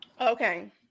Okay